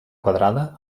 quadrada